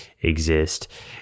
exist